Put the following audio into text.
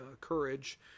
Courage